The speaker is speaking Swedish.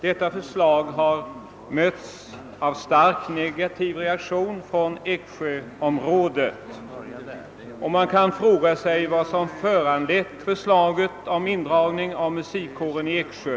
Detta förslag har mötts av starkt negativ reaktion från Eksjöområdet, och man kan fråga sig vad som föranlett förslaget om indragning av musikkåren i Eksjö.